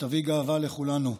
שתביא גאווה לכולנו.